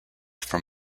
from